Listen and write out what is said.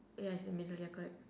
ya it's in the middle ya correct